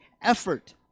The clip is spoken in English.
effort